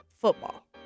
football